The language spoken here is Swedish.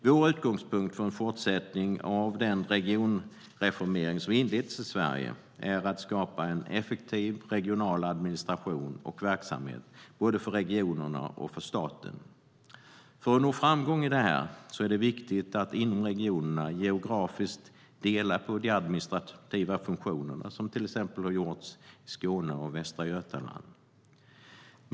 Vår utgångspunkt för en fortsättning av den regionreformering som inletts i Sverige är att skapa en effektiv regional administration och verksamhet både för regionerna och för staten. För att nå framgång i detta är det för oss viktigt att inom regionerna geografiskt dela på de administrativa funktionerna, vilket man har gjort i till exempel Skåne och Västra Götaland.